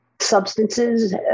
substances